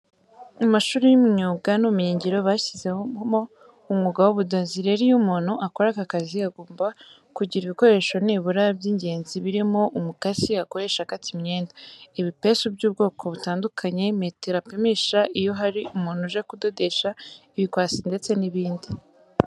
Mu mashuri y'imyuga n'ubumenyingiro bashyizemo umwuga w'ubudozi. Rero iyo umuntu akora aka kazi agomba kugira ibikoresho nibura by'ingenzi birimo umukasi akoresha akata imyenda, ibipesu by'ubwoko butandukanye, metero apimisha iyo hari umuntu uje kudodesha, ibikwasi ndetse n'ibindi.